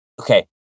Okay